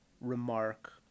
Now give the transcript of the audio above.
remark